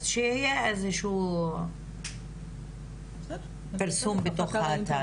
אז שיהיה איזשהו פרסום בתוך האתר.